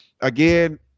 Again